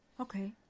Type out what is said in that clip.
Okay